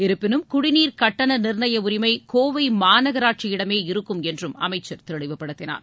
இருப்பினும் குடிநீர் கட்டண நிர்ணய உரிமை கோவை மாநாகராட்சியிடமே இருக்கும் என்றும் அமைச்சர் தெளிவுபடுத்தினார்